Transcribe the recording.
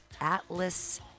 Atlas